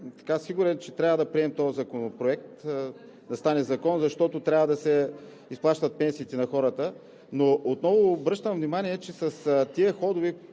съм сигурен, че трябва да приемем този законопроект и да стане закон, защото трябва да се изплащат пенсиите на хората. Отново обръщам внимание, че с тези ходове,